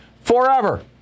forever